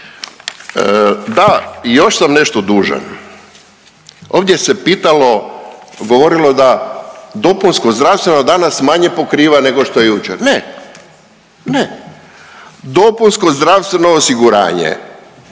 Da, i još sam nešto dužan. Ovdje se pitalo, govorilo da dopunsko zdravstveno danas manje pokriva nešto što je jučer ne, ne. Dopunsko zdravstveno osiguranje